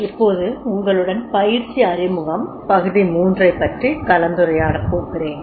இப்போது உங்களுடன் பயிற்சி அறிமுகம் பகுதி 3 ஐப் பற்றி கலந்துரையாடப் போகிறேன்